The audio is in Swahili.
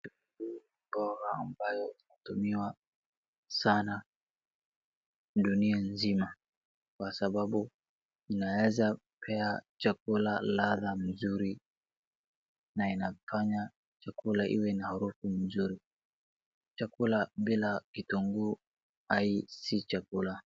Mboga ambayo inatumiwa sana dunia nzima, kwa sababu, inaweza kupea chakula ladha mzuri, na inafanya chakula iwe na harufu nzuri. Chakula bila kitunguu si chakula.